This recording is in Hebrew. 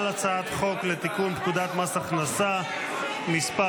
הצעת חוק לתיקון פקודת מס הכנסה (מס'